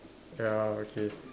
ya okay